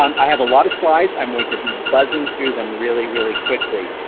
um i have a lot of slides. i'm going to be buzzing through them really really quickly.